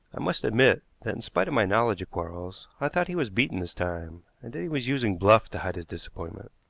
i must admit that, in spite of my knowledge of quarles, i thought he was beaten this time, and that he was using bluff to hide his disappointment.